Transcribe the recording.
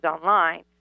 online